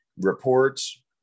reports